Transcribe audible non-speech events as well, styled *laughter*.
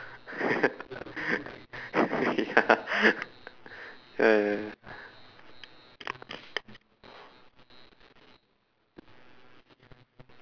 *laughs* ya ya ya ya